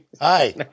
hi